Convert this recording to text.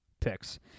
picks